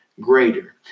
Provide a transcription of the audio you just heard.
greater